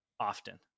Often